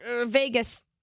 Vegas